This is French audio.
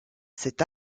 cet